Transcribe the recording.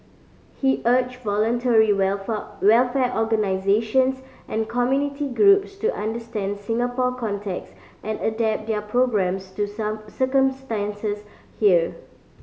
he urged voluntary welfare organisations and community groups to understand Singapore context and adapt their programmes to circumstances here